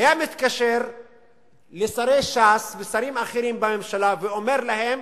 היה מתקשר לשרי ש"ס ושרים אחרים בממשלה ואומר להם: